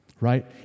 right